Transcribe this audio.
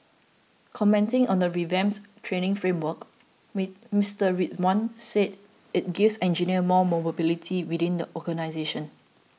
commenting on the revamped training framework Mister Rizwan said it gives engineers more mobility within the organisation